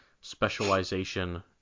specialization